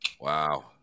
Wow